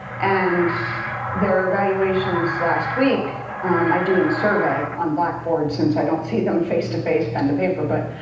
and their evaluations last week i do in survey on blackboard since i don't see them face to face pen to paper. but